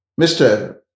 Mr